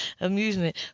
amusement